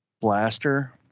blaster